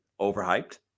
overhyped